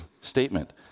statement